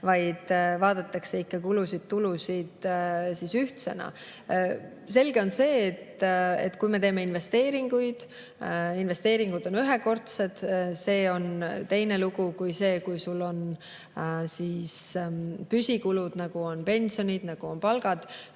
vaid vaadatakse ikka kulusid-tulusid ühtsena. Samas on selge, et kui me teeme investeeringuid – investeeringud on ühekordsed –, siis see on teine lugu kui see, kui sul on püsikulud, nagu on pensionid, nagu on palgad.